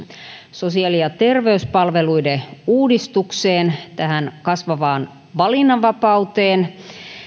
sosiaali ja terveyspalveluiden uudistukseen tähän kasvavaan valinnanvapauteen